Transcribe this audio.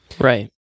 Right